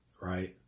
right